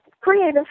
creative